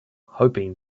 hoping